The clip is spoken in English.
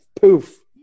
poof